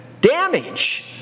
damage